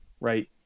right